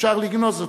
אפשר לגנוז אותם.